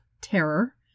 Terror